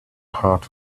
hurt